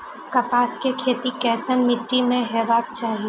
कपास के खेती केसन मीट्टी में हेबाक चाही?